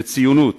לציונות,